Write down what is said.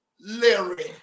Larry